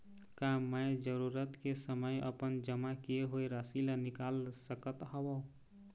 का मैं जरूरत के समय अपन जमा किए हुए राशि ला निकाल सकत हव?